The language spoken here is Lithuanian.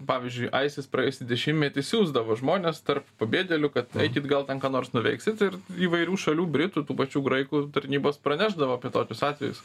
pavyzdžiui aisis praėjusį dešimtmetį siųsdavo žmones tarp pabėgėlių kad eikit gal ten ką nors nuveiksit ir įvairių šalių britų tų pačių graikų ir tarnybos pranešdavo apie tokius atvejus